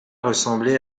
ressemblait